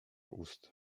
ust